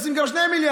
תשים גם 2 מיליארד,